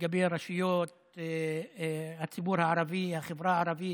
בענייני הרשויות, הציבור הערבי, החברה הערבית,